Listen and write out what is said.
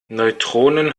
neutronen